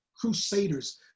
crusaders